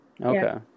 Okay